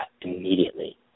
immediately